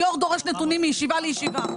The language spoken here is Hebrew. היו"ר דורש נתונים מישיבה לישיבה.